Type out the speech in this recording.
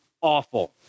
awful